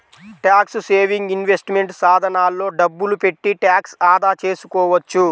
tax saving investment సాధనాల్లో డబ్బులు పెట్టి ట్యాక్స్ ఆదా చేసుకోవచ్చు